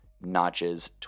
notches